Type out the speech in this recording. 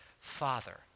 Father